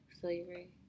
slavery